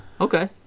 Okay